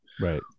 right